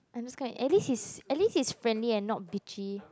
I'm just gonna at least he's at least he's friendly and not bitchy